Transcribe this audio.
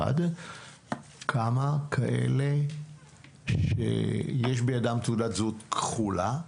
כמה כאלה שיש בידם תעודת זהות כחולה,